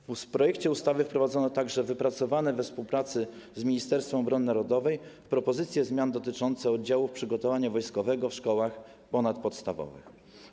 W projekcie ustawy wprowadzono także wypracowane we współpracy z Ministerstwem Obrony Narodowej propozycje zmian dotyczące oddziałów przygotowania wojskowego w szkołach ponadpodstawowych.